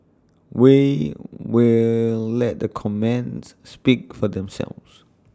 we will let the comments speak for themselves